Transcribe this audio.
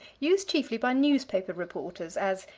used chiefly by newspaper reporters as,